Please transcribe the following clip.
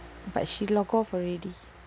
but she log off already